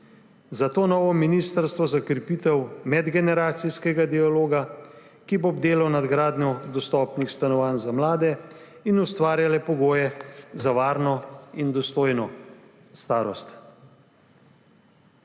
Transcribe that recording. zato novo ministrstvo za krepitev medgeneracijskega dialoga, ki bo bdelo nad gradnjo dostopnih stanovanj za mlade in ustvarjalo pogoje za varno in dostojno starost.